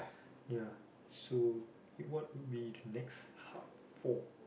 ya so eh what would be the next hub for